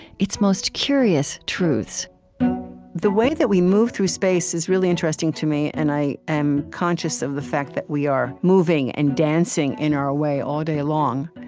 its most curious truths the way that we move through space is really interesting to me, and i am conscious of the fact that we are moving and dancing, in our way, all day long.